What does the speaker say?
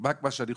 רק ממה אני חושש?